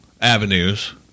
avenues